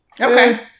Okay